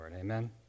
Amen